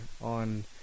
on